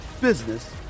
business